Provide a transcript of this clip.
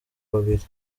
babiri